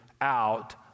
out